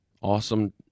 Awesome